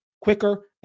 quicker